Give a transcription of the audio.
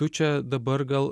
tu čia dabar gal